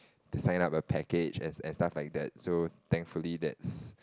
to sign up a package and and stuff like that so thankfully that's